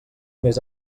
més